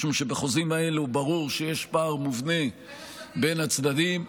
משום שבחוזים האלו ברור שיש פער מובנה בין הצדדים,